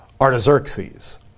Artaxerxes